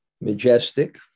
majestic